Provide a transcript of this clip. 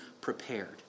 prepared